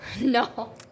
No